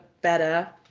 better